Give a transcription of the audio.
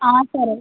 సరే